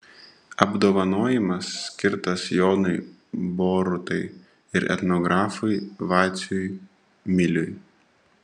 apdovanojimas skirtas jonui borutai ir etnografui vaciui miliui